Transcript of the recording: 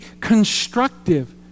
constructive